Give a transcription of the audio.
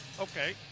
okay